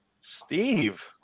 Steve